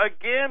again